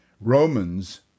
Romans